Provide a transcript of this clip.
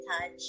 Touch